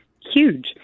huge